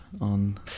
on